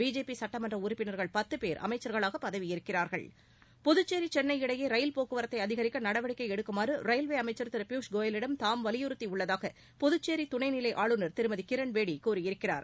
BJP சட்டமன்ற உறுப்பினர்கள் பத்து பேர் அமைச்சர்களாக பதவியேற்கிறார்கள் புதுச்சேரி சென்னை இடையே ரயில் போக்குவரத்தை அதிகரிக்க நடவடிக்கை எடுக்குமாறு ரயில்வே அமைச்சர் திரு பியூஷ் கோயலிடம் தாம் வலியுறுத்தியுள்ளதாக புதுச்சேரி துணைநிலை ஆளுநர் திருமதி கிரண்பேடி கூறியிருக்கிறார்